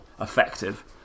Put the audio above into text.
effective